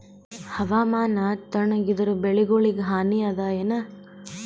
ಹವಾಮಾನ ತಣುಗ ಇದರ ಬೆಳೆಗೊಳಿಗ ಹಾನಿ ಅದಾಯೇನ?